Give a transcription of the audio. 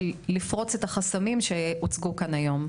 ולפרוץ את החסמים שהוצגו כאן היום.